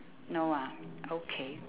no ah okay